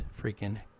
freaking